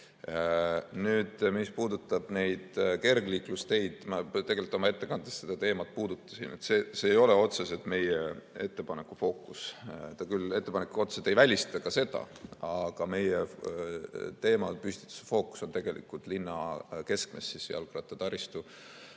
Nüüd, mis puudutab neid kergliiklusteid – ma tegelikult oma ettekandes seda teemat puudutasin –, siis see ei ole otseselt meie ettepaneku fookus. Ettepanek küll otseselt ei välista seda, aga meie teemapüstituse fookus on tegelikult linna keskmes jalgrattataristu